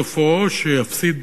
סופו שיפסיד